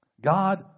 God